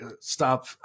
stop